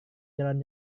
jalan